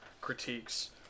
critiques